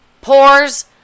pores